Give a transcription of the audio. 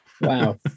Wow